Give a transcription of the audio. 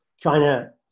China